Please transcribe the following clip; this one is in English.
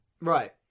right